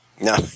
No